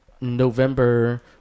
November